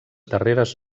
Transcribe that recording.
darreres